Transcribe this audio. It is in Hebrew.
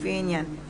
לפי העניין.